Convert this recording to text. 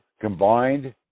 combined